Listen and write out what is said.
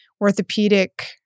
orthopedic